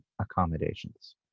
accommodations